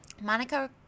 Monica